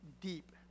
deep